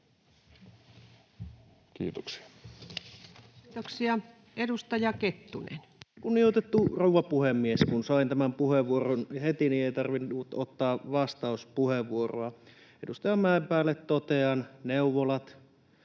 Kiitoksia. Kiitoksia. — Edustaja Kettunen. Kunnioitettu rouva puhemies! Kun sain tämän puheenvuoron heti, niin ei tarvinnut ottaa vastauspuheenvuoroa. Edustaja Mäenpäälle totean: Neuvolat,